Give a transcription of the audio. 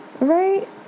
right